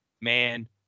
man